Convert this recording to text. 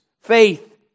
faith